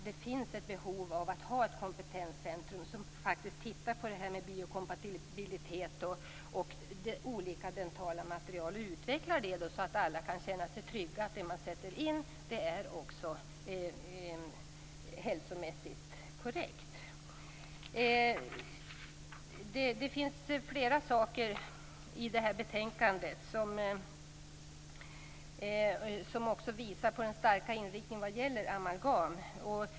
Det finns ett behov av att ha ett kompetenscentrum där man tittar på det här med biokompabilitet och olika dentala material och utvecklar det så att alla kan känna sig trygga i att det som sätts in i munnen också är hälsomässigt korrekt. Det finns flera saker i detta betänkande som visar på den starka inriktningen vad gäller amalgam.